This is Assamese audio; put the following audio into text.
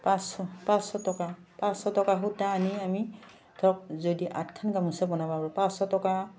পাঁচশ পাঁচশ টকা পাঁচশ টকা সূতা আনি আমি ধৰক যদি আঠখন গামোচা বনাব পাৰোঁ পাঁচশ টকা